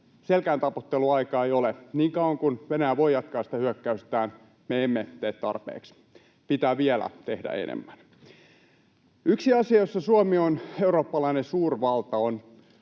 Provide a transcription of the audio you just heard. selkääntaputteluaikaa ei ole. Niin kauan kuin Venäjä voi jatkaa sitä hyökkäystään, me emme tee tarpeeksi. Pitää vielä tehdä enemmän. Yksi asia, jossa Suomi on eurooppalainen suurvalta, on